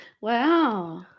Wow